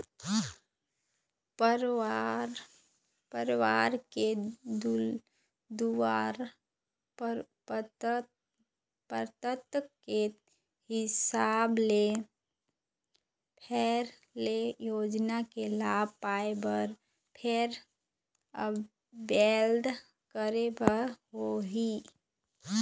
परवार के दुवारा पात्रता के हिसाब ले फेर ले योजना के लाभ पाए बर फेर आबेदन करे बर होही